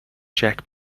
jack